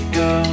go